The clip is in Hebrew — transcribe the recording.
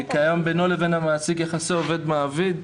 וקיים בינו לבין המעסיק יחסי עובד מעביד.